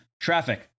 traffic